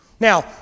Now